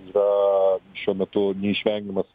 yra šiuo metu neišvengiamas